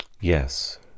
yes